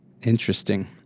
Interesting